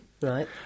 Right